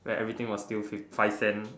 then everything was still fif~ five cent